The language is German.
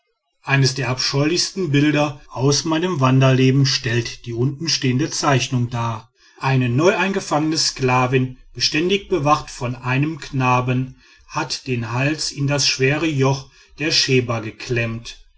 eines der abscheulichsten bilder aus meinem wanderleben stellt die untenstehende zeichnung dar eine neueingefangene sklavin beständig bewacht von einem knaben hat den hals in das schwere joch der scheba geklemmt